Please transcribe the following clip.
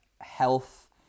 health